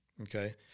Okay